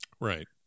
right